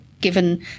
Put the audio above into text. given